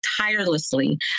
tirelessly